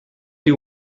you